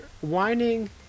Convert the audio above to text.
whining